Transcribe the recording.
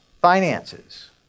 finances